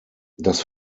das